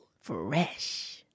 fresh